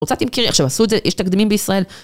רוצה תמכרי, עכשיו עשו את זה, יש תקדימים בישראל